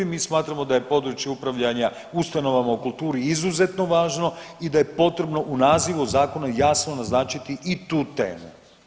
Mi smatramo da je područje upravljanja ustanovama u kulturi izuzetno važno i da je potrebno u nazivu zakona jasno naznačiti i tu temu.